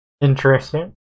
Interesting